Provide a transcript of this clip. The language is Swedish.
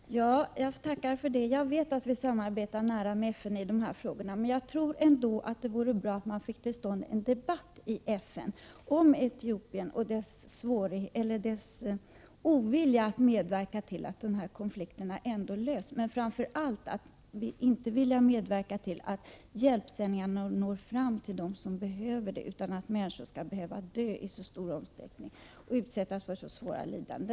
Herr talman! Jag tackar för det. Jag vet att Sverige samarbetar nära med FN i dessa frågor, men det vore ändå bra om vi fick till stånd en debatt i FN om Etiopien och dess ovilja att medverka till att konflikten kan lösas, men framför allt om oviljan att medverka till att hjälpsändningarna når fram till de människor som behöver dem och som annars dör och utsätts för svåra lidanden.